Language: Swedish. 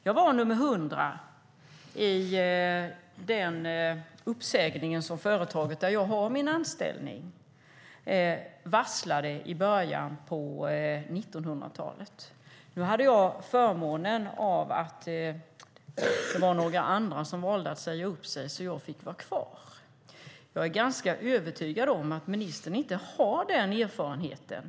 Jag var nummer 100 i uppsägningen när företaget där jag har min anställning varslade i början på 1990-talet. Jag hade turen att några andra valde att säga upp sig, och jag fick vara kvar. Jag är ganska övertygad om att ministern inte har den erfarenheten.